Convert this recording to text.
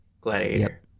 Gladiator